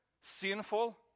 sinful